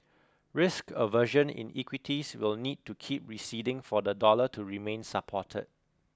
risk aversion in equities will need to keep receding for the dollar to remain support